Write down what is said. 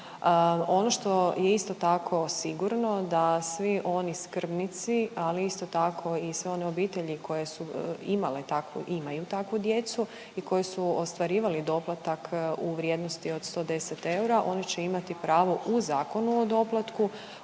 Ono što je isto tako sigurno da svi oni skrbnici, ali isto tako i sve one obitelji koje su imale, imaju takvu djecu i koji su ostvarivali doplatak u vrijednosti od 110 eura oni će imati pravo u Zakonu o doplatku